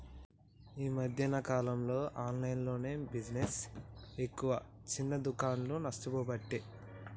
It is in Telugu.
ఈ మధ్యన కాలంలో ఆన్లైన్ బిజినెస్ ఎక్కువై చిన్న దుకాండ్లు నష్టపోబట్టే